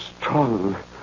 strong